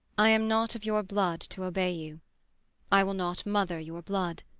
i am not of your blood to obey you i will not mother your blood.